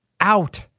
out